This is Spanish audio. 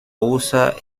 usa